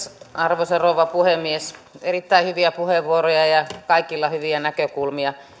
arvoisa rouva puhemies erittäin hyviä puheenvuoroja ja ja kaikilla hyviä näkökulmia